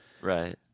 Right